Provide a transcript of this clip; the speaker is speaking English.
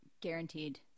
guaranteed